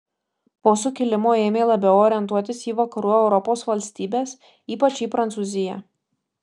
po sukilimo ėmė labiau orientuotis į vakarų europos valstybes ypač į prancūziją